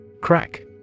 Crack